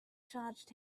charged